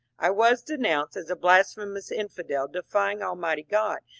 i was de nounced as a blasphemous infidel defying almighty god,